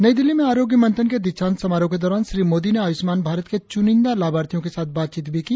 नई दिल्ली में आरोग्य मंथन के दीक्षांत समारोह के दौरान श्री मोदी ने आयुष्मान भारत के चुनिंदा लाभार्थियों के साथ बातचीत भी की